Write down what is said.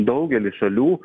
daugelis šalių